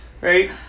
Right